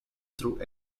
through